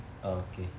oh okay